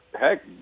heck